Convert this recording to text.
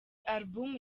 album